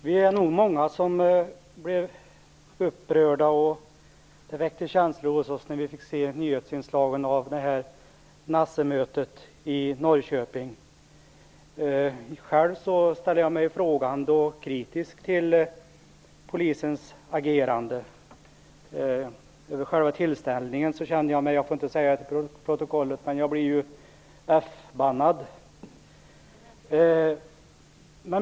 Herr talman! Vi var nog många som blev upprörda när vi fick se nyhetsinslagen från nazistmötet i Norrköping. Jag ställer mig kritisk till polisens agerande. Över själva tillställningen känner jag mig - jag får väl inte säga det - f-bannad.